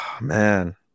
Man